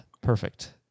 perfect